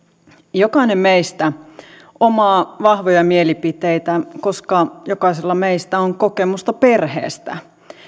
jokainen meistä omaa vahvoja mielipiteitä koska jokaisella meistä on kokemusta perheestä